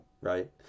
right